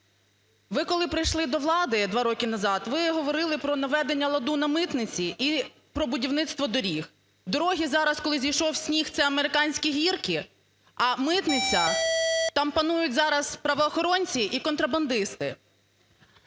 Ви коли прийшли до влади 2 роки назад, ви говорили про наведення ладу на митниці і про будівництво доріг. Дороги зараз, коли зійшов сніг, це американські гірки, а митниця, там панують зараз правоохоронці і контрабандисти.